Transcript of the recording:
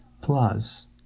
Plus